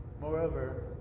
Moreover